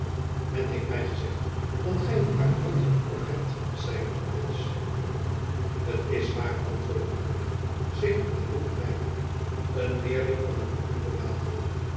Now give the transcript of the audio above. men heeft my gezegd dat gj een uitmuntenden kok hebt zeide de prins t is waar antwoordde gourville zich op de lippen bijtende een leerling van den beroemden vatel